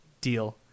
Deal